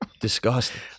disgusting